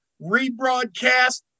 rebroadcast